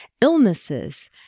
illnesses